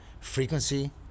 frequency